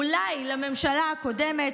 אולי לממשלה הקודמת,